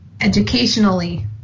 educationally